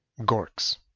Gorks